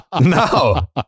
no